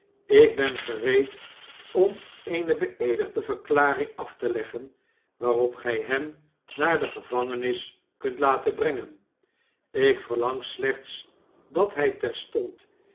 ik ben gereed om eene beeedigde verklaring af te leggen waarop gij hem naar de gevangenis kunt laten brengen ik verlang slechts dat hij terstond